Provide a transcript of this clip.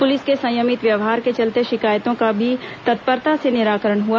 police के संयमित व्यवहार के चलते शिकायतों का भी तत्परता से निराकरण हुआ